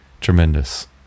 tremendous